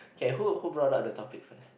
K who who brought up the topic first